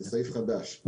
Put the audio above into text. זה סעיף חדש.